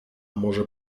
może